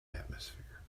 atmosphere